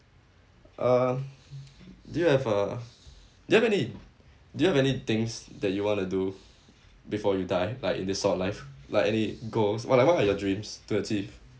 uh do you have a do you have any do you have any things that you want to do before you die like this sort of life like any goals what are what are your dreams to achieve